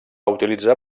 utilitzar